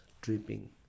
dripping